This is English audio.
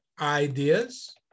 ideas